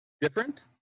different